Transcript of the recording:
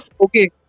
okay